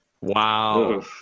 Wow